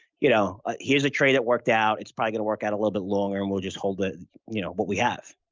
you know ah here's a trade that worked out. it's probably going to work out a little bit longer and we'll just hold ah you know what we have?